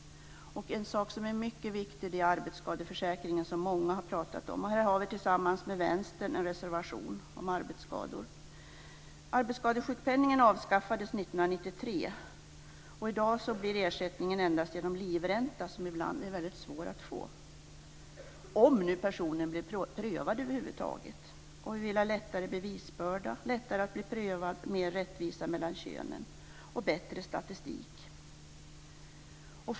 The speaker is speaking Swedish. En mycket viktig fråga är arbetsskadeförsäkringen, som många har talat om. Vi har tillsammans med Vänstern avgivit en reservation om arbetsskador. Arbetsskadesjukpenningen avskaffades 1993, och i dag ges ersättning endast i form av livränta, som ibland är väldigt svår att få - om personen i fråga över huvud taget blir prövad. Vi vill ha en lättare bevisbörda, vi vill att man ska ha lättare att bli prövad, vi vill ha större rättvisa mellan könen och vi vill ha bättre statistik.